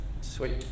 Sweet